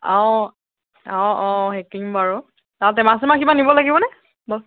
অঁ অঁ অঁ সেকিম বাৰু আৰু টেমা চেমা কিবা নিব লাগিব নে মই